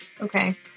Okay